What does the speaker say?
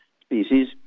species